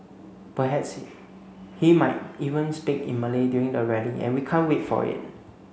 perhaps he might even speak in Malay during the rally and we can't wait for it